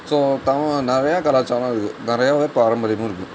so Tamil நிறையா கலாச்சாரம் இருக்குது நிறையாவே பாரம்பரியமும் இருக்குது